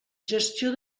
gestió